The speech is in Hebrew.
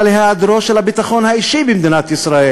על היעדר ביטחון אישי במדינת ישראל.